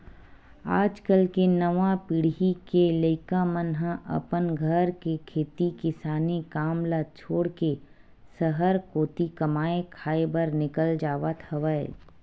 आज कल के नवा पीढ़ी के लइका मन ह अपन घर के खेती किसानी काम ल छोड़ के सहर कोती कमाए खाए बर निकल जावत हवय